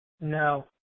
No